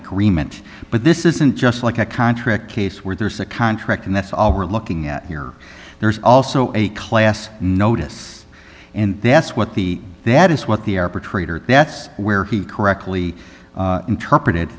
agreement but this isn't just like a contract case where there's a contract and that's all we're looking at here there's also a class notice and that's what the that is what the air pre treat are that's where he correctly interpreted